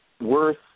Worth